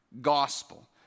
gospel